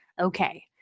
Okay